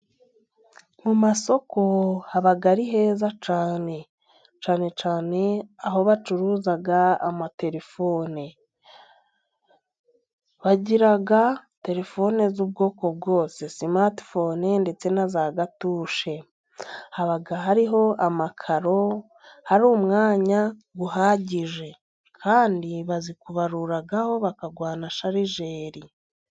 Mu masoko haba ari heza cyane cyane aho bacuruza amatelefone. Bagira telefone z'ubwoko bwose simate fone ndetse na za gatushi, haba hariho amakaro hari umwanya uhagije kandi bazi kubaruraho bakaguha na sharijeri.